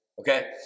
okay